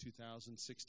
2016